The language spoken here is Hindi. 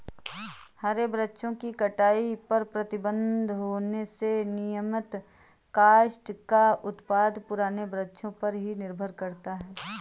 हरे वृक्षों की कटाई पर प्रतिबन्ध होने से नियमतः काष्ठ का उत्पादन पुराने वृक्षों पर निर्भर करता है